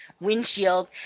windshield